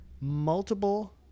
multiple